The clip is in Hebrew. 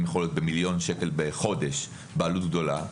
יכול להיות במיליון שקל בחודש בעלות גדולה,